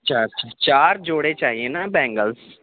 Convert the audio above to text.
اچھا اچھا چار جوڑے چاہئیں نا بینگلس